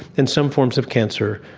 in some forms of cancer,